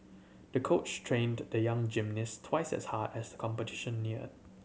the coach trained the young gymnast twice as hard as the competition neared